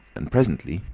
and presently,